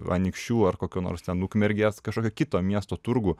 anykščių ar kokio nors ten ukmergės kažkokio kito miesto turgų